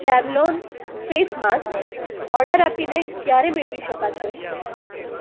Savlon face mask order આપીને ક્યારે મેળવી શકાશે